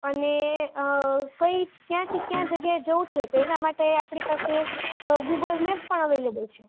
અને કઈ ક્યાંથી કયા જગ્યાએ જવું છે તો એના માટે આપણી પાસે ગૂગલ મેપ પણ અવેલેબલ છે